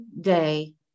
day